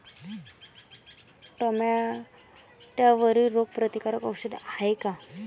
टमाट्यावरील रोग प्रतीकारक औषध हाये का?